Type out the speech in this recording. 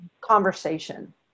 conversation